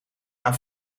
aan